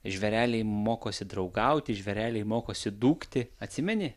žvėreliai mokosi draugauti žvėreliai mokosi dūkti atsimeni